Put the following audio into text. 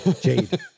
Jade